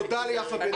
תודה ליפה בן דוד.